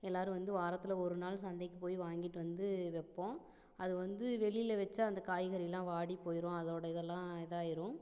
எல்லாரும் வந்து வாரத்தில் ஒரு நாள் சந்தைக்கு போய் வாங்கிட்டு வந்து வைப்போம் அது வந்து வெளியில் வச்சா அந்த காய்கறிலாம் வாடி போய்டும் அதோட இதெல்லாம் இதாக ஆயிடும்